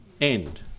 end